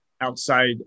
outside